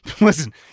listen